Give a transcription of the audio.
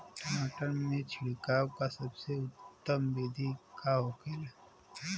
टमाटर में छिड़काव का सबसे उत्तम बिदी का होखेला?